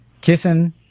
kissing